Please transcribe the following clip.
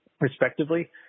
respectively